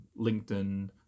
LinkedIn